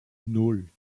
nan